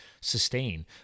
sustain